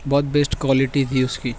بہت best quality تھی اس کی